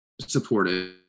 supportive